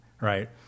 right